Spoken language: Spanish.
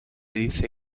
dice